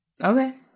Okay